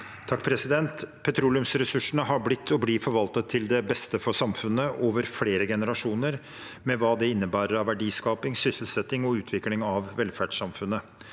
Petroleumsres- sursene har blitt og blir forvaltet til beste for samfunnet over flere generasjoner, med alt hva det innebærer av verdiskaping, sysselsetting og utvikling av velferdssamfunnet.